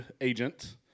agent